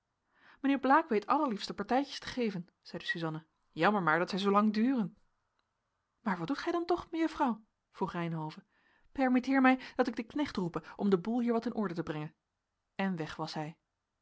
mijnheer blaek weet allerliefste partijtjes te geven zeide suzanna jammer maar dat zij zoolang duren maar wat doet gij dan toch mejuffrouw vroeg reynhove permitteer mij dat ik den knecht roepe om den boel hier wat in orde te brengen en weg was hij